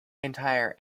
entire